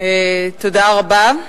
תודה רבה.